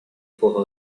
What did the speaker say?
for